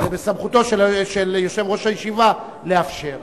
זה בסמכותו של יושב-ראש הישיבה לאפשר,